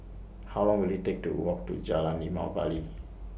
How Long Will IT Take to Walk to Jalan Limau Bali